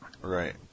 right